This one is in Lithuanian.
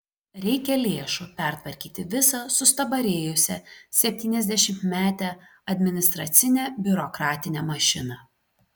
reikia lėšų pertvarkyti visą sustabarėjusią septyniasdešimtmetę administracinę biurokratinę mašiną